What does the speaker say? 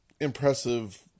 impressive